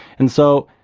and so,